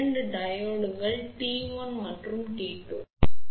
இப்போது இங்கே தொடர் மற்றும் ஷன்ட் சுவிட்சுகளின் கலவையைப் பார்ப்போம்